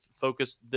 focus